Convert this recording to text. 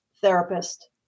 therapist